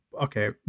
okay